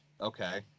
Okay